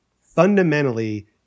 fundamentally